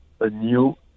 anew